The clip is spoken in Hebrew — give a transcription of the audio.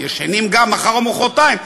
ישֵנים גם מחר או מחרתיים.